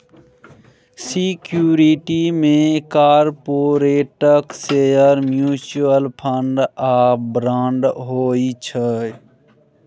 security मे कारपोरेटक share, mutual fund आ बांड होइ छै